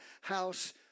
house